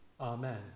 Amen